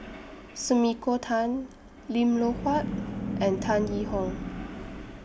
Sumiko Tan Lim Loh Huat and Tan Yee Hong